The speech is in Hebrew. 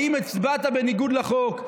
האם הצבעת בניגוד לחוק?